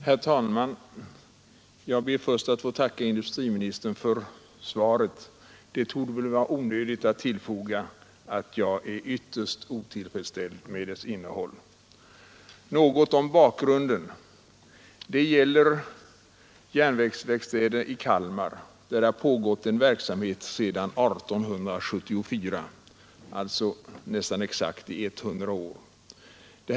Herr talman! Jag ber att först få tacka industriministern för svaret. Det torde vara onödigt att tillfoga att jag är ytterst otillfredsställd med dess innehåll. Något om bakgrunden. Det gäller järnvägsverkstäder i Kalmar där det har pågått verksamhet sedan 1874, alltså nästan exakt i 100 år.